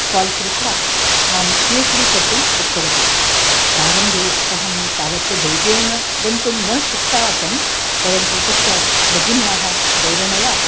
call कृत्वा मां P H D कर्तुम् उक्तवती प्रारम्भे अहं तावत् धैर्येण गन्तुं न शक्ता आसम् परन्तु पश्चात् भगिन्याः प्रेरणया